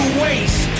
waste